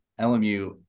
LMU